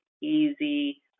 easy